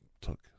took